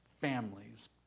families